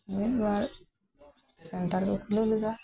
ᱢᱤᱫ ᱵᱟᱨ ᱥᱮᱱᱴᱟᱨ ᱠᱚ ᱠᱷᱩᱞᱟᱹᱣ ᱞᱮᱫᱟ